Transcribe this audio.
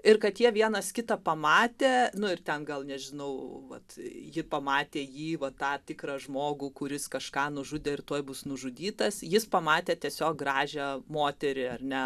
ir kad jie vienas kitą pamatę nu ir ten gal nežinau vat ji pamatė jį va tą tikrą žmogų kuris kažką nužudė ir tuoj bus nužudytas jis pamatė tiesiog gražią moterį ar ne